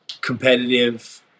competitive